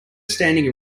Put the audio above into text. standing